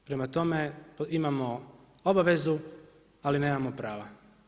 Prema tome, imamo obavezu ali nemamo prava.